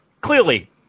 Clearly